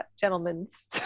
gentlemen's